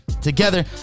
together